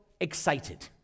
excited